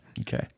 Okay